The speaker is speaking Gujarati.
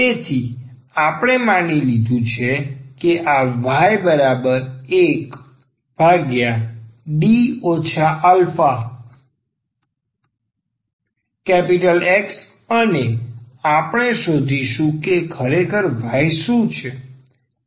તેથી આપણે માની લીધું છે કે આ y1D aX અને આપણે શોધીશું કે ખરેખર y શું છે